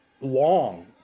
long